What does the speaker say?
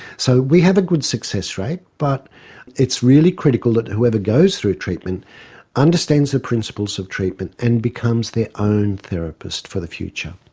so we have a good success rate, but it's really critical that whoever goes through treatment understands the principles of treatment and becomes their own therapist for the future.